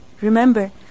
Remember